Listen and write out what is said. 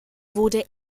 wurde